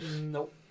nope